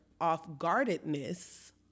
off-guardedness